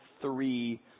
three